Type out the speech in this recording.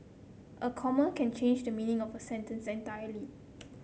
a comma can change the meaning of a sentence entirely